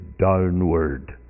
downward